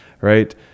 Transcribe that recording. right